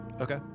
Okay